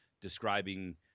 describing